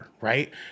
right